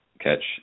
catch